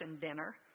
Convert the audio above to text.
dinner